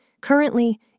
Currently